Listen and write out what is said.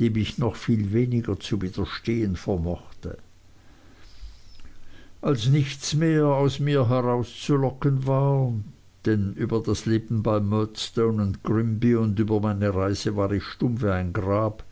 dem ich noch viel weniger zu widerstehen vermochte als nichts mehr aus mir herauszulocken war denn über das leben bei murdstone grinby und über meine reise war ich stumm wie das grab